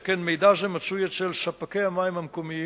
שכן מידע זה מצוי אצל ספקי המים המקומיים,